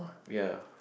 ya